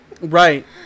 Right